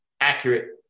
accurate